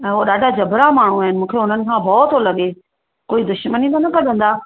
ऐं हो ॾाढा जबरा माण्हू आहिनि मूंखे उन्हनि खां भउ थो लॻे कोइ दुश्मनी त न कढंदा